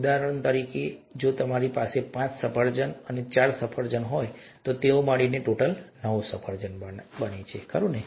ઉદાહરણ તરીકે જો તમારી પાસે પાંચ સફરજન અને ચાર સફરજન હોય તો તેઓ મળીને નવ સફરજન બનાવે છે ખરું ને